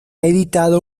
editado